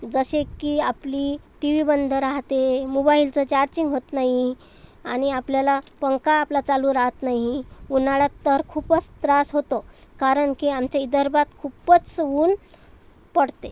जसे की आपली टी व्ही बंद राहते मोबाइलचं चार्जिंग होत नाही आणि आपल्याला पंखा आपला चालू राहत नाही उन्हाळ्यात तर खूपच त्रास होतो कारण की आमच्या विदर्भात खूपच ऊन पडते